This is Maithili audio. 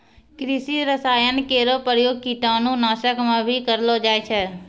कृषि रसायन केरो प्रयोग कीटाणु नाशक म भी करलो जाय छै